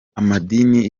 amadini